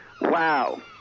Wow